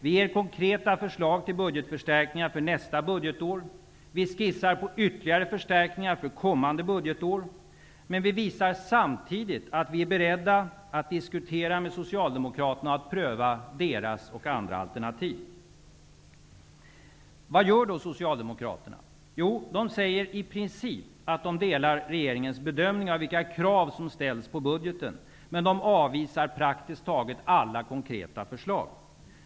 Vi ger konkreta förslag till budgetförstärkningar för nästa budgetår. Vi skissar på ytterligare förstärkningar för kommande budgetår. Men vi visar samtidigt att vi är beredda att diskutera med Socialdemokraterna och att pröva deras och andra alternativ. Vad gör då Socialdemokraterna? Jo, de säger att de i princip delar regeringens bedömning av vilka krav som ställs på budgeten, men de avvisar praktiskt taget alla konkreta förslag.